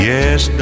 Yes